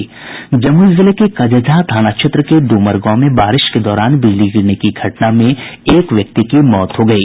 जमुई जिले के कझझा थाना क्षेत्र के ड्रमर गांव में बारिश के दौरान बिजली गिरने की घटना में एक व्यक्ति की मौत हो गयी